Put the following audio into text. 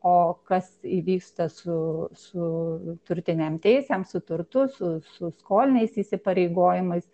o kas įvyksta su su turtinėm teisėm su turtu su su skoliniais įsipareigojimais